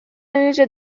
يوجد